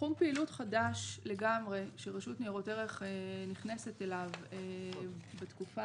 תחום פעילות חדש לגמרי שרשות ניירות ערך נכנסת אליו בתקופה